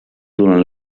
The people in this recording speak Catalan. durant